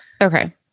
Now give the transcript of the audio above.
Okay